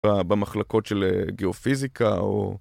במחלקות של גיאופיזיקה או...